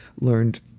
learned